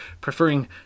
preferring